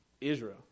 Israel